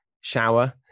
shower